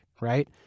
right